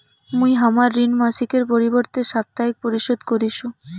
মুই হামার ঋণ মাসিকের পরিবর্তে সাপ্তাহিক পরিশোধ করিসু